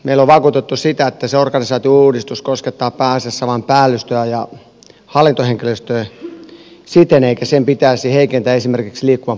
lel vakuutettu siitä että sorganisaatiouudistus koskettaa pääasiassa vain päällystöä ja hallintohenkilöstöä selkään eikä sen pitäisi heikentää esimerkiksi liikkuvan